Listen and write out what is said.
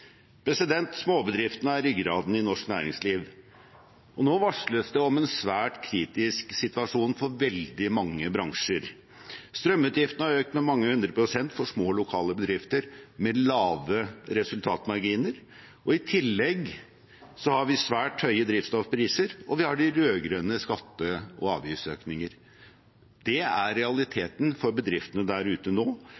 Småbedriftene er ryggraden i norsk næringsliv. Nå varsles det om en svært kritisk situasjon for veldig mange bransjer. Strømutgiftene har økt med mange 100 pst. for små, lokale bedrifter med lave resultatmarginer. I tillegg har vi svært høye drivstoffpriser, og vi har de rød-grønnes skatte- og avgiftsøkninger. Det er